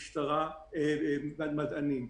משטרה ומדענים.